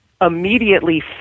immediately